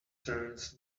turns